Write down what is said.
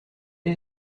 est